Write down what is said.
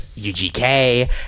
UGK